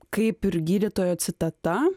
kaip ir gydytojo citata